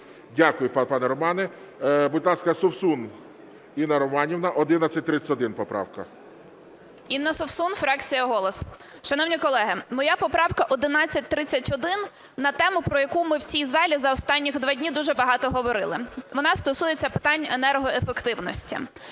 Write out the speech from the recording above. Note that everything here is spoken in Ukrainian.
Дякую, пане Романе. Будь ласка, Совсун Інна Романівна, 1131 поправка. 11:37:47 СОВСУН І.Р. Інна Совсун, фракція "Голос". Шановні колеги, моя поправка 1131 на тему, про яку ми в цій залі за останні два дні дуже багато говорили. Вона стосується питань енергоефективності.